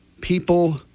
people